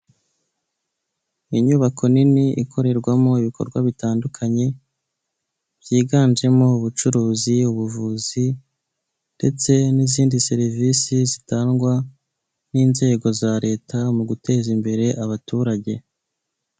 Inyubako nini ikorerwamo ibikorwa bitandukanye byiganjemo ubucuruzi, ubuvuzi ndetse n'izindi serivisi zitangwa n' inzego za leta mu guteza imbere abaturage.